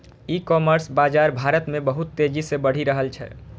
ई commerce बाजार भारत मे बहुत तेजी से बढ़ि रहल छै